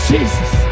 Jesus